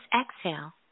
exhale